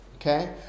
okay